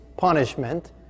punishment